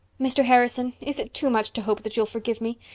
mr. harrison, is it too much to hope that you'll forgive me?